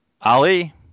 Ali